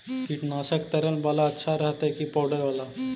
कीटनाशक तरल बाला अच्छा रहतै कि पाउडर बाला?